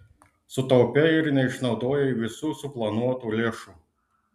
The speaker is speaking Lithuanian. sutaupei ir neišnaudojai visų suplanuotų lėšų